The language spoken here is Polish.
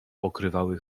pokrywały